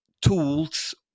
tools